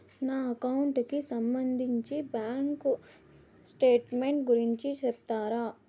నా అకౌంట్ కి సంబంధించి బ్యాంకు స్టేట్మెంట్ గురించి సెప్తారా